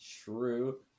true